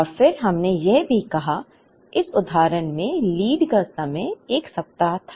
और फिर हमने यह भी कहा कि इस उदाहरण में लीड का समय 1 सप्ताह था